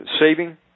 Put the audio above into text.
saving